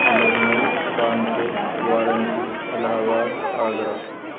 Lucknow Kanpur Varanasi Allahabad Agra